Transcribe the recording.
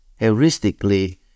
heuristically